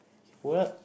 what